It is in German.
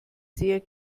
sehr